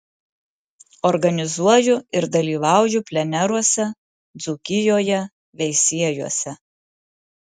organizuoju ir dalyvauju pleneruose dzūkijoje veisiejuose